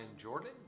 Jordan